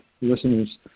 listeners